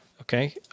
Okay